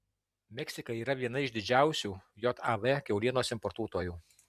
meksika yra viena iš didžiausių jav kiaulienos importuotojų